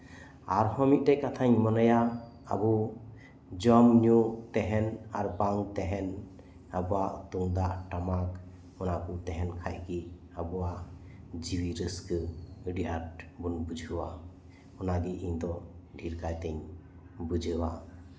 ᱟᱨᱦᱚᱸ ᱢᱤᱫᱴᱮᱡ ᱠᱟᱛᱷᱟᱧ ᱢᱚᱱᱮᱭᱟ ᱟᱵᱚ ᱡᱚᱢ ᱧᱩ ᱛᱟᱸᱦᱮᱱ ᱟᱨ ᱵᱟᱝ ᱛᱟᱸᱦᱮᱱ ᱟᱵᱚᱣᱟᱜ ᱛᱩᱢᱫᱟᱜᱽ ᱴᱟᱢᱟᱠ ᱚᱱᱟ ᱠᱚ ᱛᱟᱸᱦᱮᱱ ᱠᱷᱟᱡᱜᱮ ᱟᱵᱚᱣᱟᱜ ᱡᱤᱣᱤ ᱨᱟᱹᱥᱠᱟᱹ ᱟᱹᱰᱤ ᱟᱸᱴ ᱵᱚᱱ ᱵᱩᱡᱷᱟᱹᱣᱟ ᱚᱱᱟᱜᱮ ᱤᱧᱫᱚ ᱰᱷᱮᱨ ᱠᱟᱭᱛᱮ ᱵᱩᱡᱷᱟᱹᱣᱟ